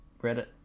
Reddit